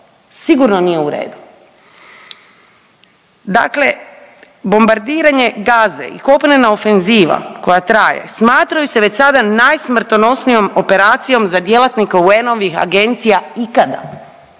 sigurno nije u redu. Dakle bombardiranje Gaze i kopnena ofenziva koja traje, smatraju se već sada najsmrtonosnijom operacijom za djelatnike UN-ovih agencija ikada.